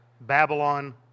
Babylon